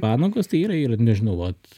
padangos tai yra yra nežinau vat